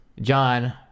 John